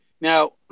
Now